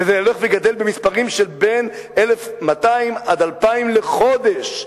וזה הולך וגדל במספרים של בין 1,200 ל-2,000 לחודש.